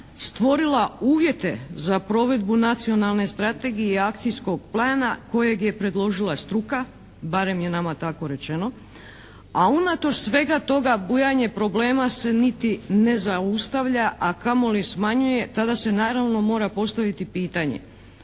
stvorila uvjete za provedbu nacionalne strategije i akcijskog plana kojeg je predložila struka, barem je nama tako rečeno a unatoč svega toga bujanje problema se niti ne zaustavlja a kamoli smanjuje tada se naravno mora postaviti pitanje